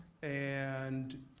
and